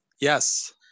Yes